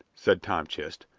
said tom chist,